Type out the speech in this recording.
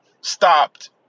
stopped